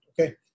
okay